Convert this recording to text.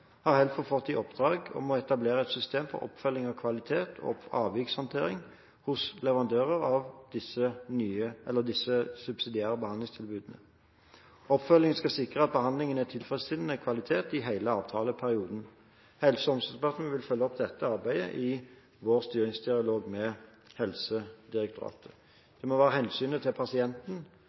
har HELFO fått i oppdrag å etablere et system for oppfølging av kvalitet og avvikshåndtering hos leverandører av disse subsidiære behandlingstilbudene. Oppfølgingen skal sikre at behandlingen er av tilfredsstillende kvalitet i hele avtaleperioden. Helse- og omsorgsdepartementet vil følge opp dette arbeidet i sin styringsdialog med Helsedirektoratet. Det må være hensynet til pasienten